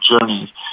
journey